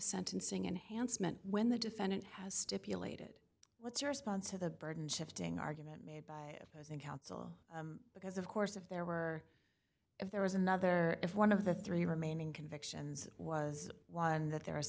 sentencing enhancement when the defendant has stipulated what's your response to the burden shifting argument made by those in council because of course if there were if there was another if one of the three remaining convictions was one that there